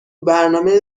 برنامه